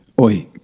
oi